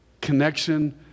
connection